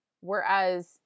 whereas